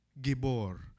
Gibor